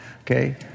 okay